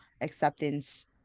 acceptance